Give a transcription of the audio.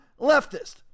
leftist